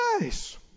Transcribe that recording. nice